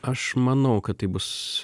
aš manau kad tai bus